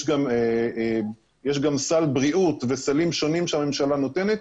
גם סל בריאות וסלים שונים שהממשלה נותנת,